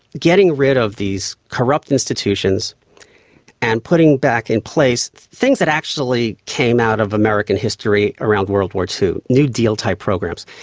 getting rid of these corrupt institutions and putting back in place things that actually came out of american history around world war ii, new deal type programs.